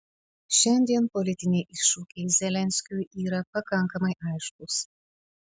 šiandien politiniai iššūkiai zelenskiui yra pakankamai aiškūs